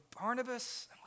Barnabas